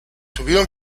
tuvieron